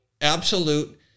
Absolute